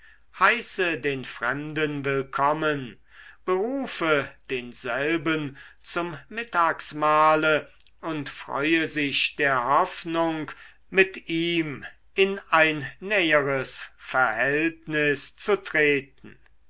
heiße den fremden willkommen berufe denselben zum mittagsmahle und freue sich der hoffnung mit ihm in ein näheres verhältnis zu treten